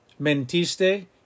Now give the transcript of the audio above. mentiste